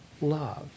love